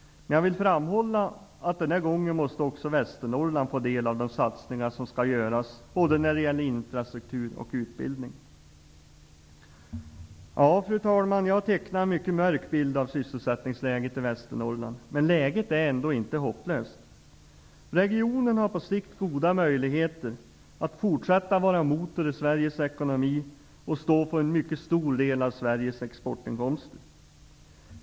Men jag vill framhålla att Västernorrland den här gången måste få del av de satsningar som skall göras när det gäller både infrastruktur och utbildning. Fru talman! Jag har tecknat en mycket mörk bild av sysselsättningsläget i Västernorrland, men läget är ändå inte hopplöst. Regionen har på sikt goda möjligheter att fortsätta vara en motor i Sveriges ekonomi och stå för en stor del av Sveriges exportinkomster.